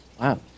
Wow